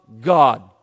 God